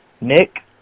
Nick